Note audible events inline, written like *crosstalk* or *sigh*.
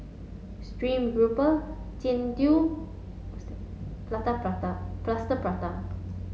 Stream Grouper Jian Dui *unintelligible* Prata Plaster Prata